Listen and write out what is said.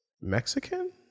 Mexican